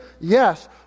Yes